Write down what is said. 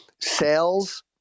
sales